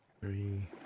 three